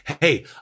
Hey